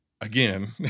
again